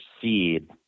seed